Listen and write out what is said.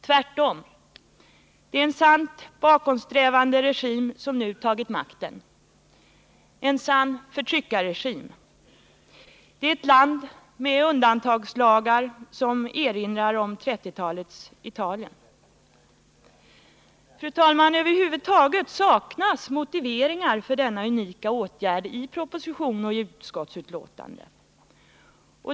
Tvärtom — det är en sant bakåtsträvande regim som nu tagit makten, en sann förtryckarregim. Det är ett land med undantagslagar som erinrar om 1930-talets Italien. Fru talman! Över huvud taget saknas i propositionen och utskottsbetänkandet motiveringar för denna unika åtgärd.